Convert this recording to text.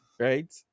Right